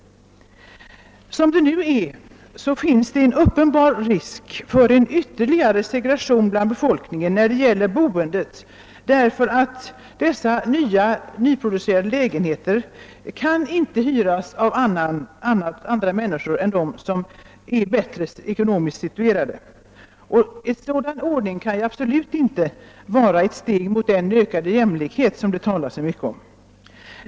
Såsom det nu är finns det uppenbar risk för en längre gående segregation än den nuvarande inom befolkningen när det gäller boendet, eftersom de nyproducerade lägenheterna inte kan hyras av andra än bättre ekonomiskt situerade personer. En sådan ordning kan absolut inte vara ett steg mot den ökade jämlikhet som det talas så mycket om.